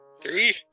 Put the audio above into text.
Three